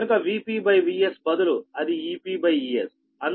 కనుక Vp Vs బదులు అది Ep Es